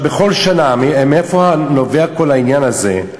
מאיפה נובע כל העניין הזה?